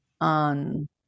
on